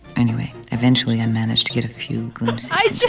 anyway, eventually i managed to get a few glimpses. i just.